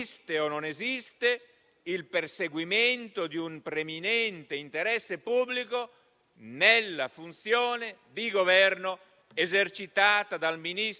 il preminente interesse pubblico non c'era e posso capirli: chi nega il valore dell'identità nazionale,